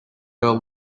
girl